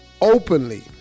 openly